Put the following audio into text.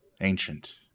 ancient